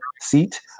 seat